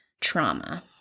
trauma